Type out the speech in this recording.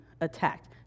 attacked